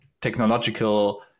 technological